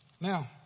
Now